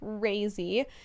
crazy